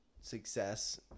success